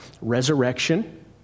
resurrection